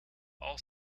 all